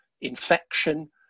infection